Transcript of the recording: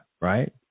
Right